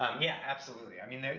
um yeah, absolutely, i mean, there,